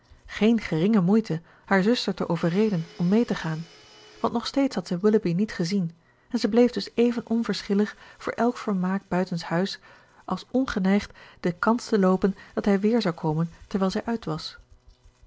geen geringe moeite haar zuster te overreden om mee te gaan want nog steeds had zij willoughby niet gezien en zij bleef dus even onverschillig voor elk vermaak buitenshuis als ongeneigd de kans te loopen dat hij weer zou komen terwijl zij uit was